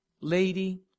lady